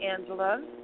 Angela